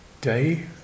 day